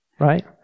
Right